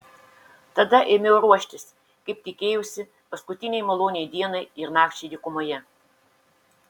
tada ėmiau ruoštis kaip tikėjausi paskutinei maloniai dienai ir nakčiai dykumoje